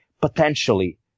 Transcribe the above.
potentially